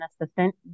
assistant